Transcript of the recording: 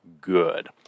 Good